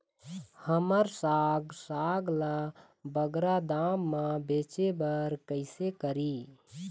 हमर साग साग ला बगरा दाम मा बेचे बर कइसे करी?